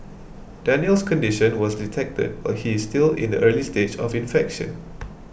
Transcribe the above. Daniel's condition was detected while he is still in the early stage of infection